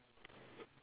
ya